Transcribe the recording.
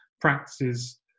practices